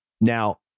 Now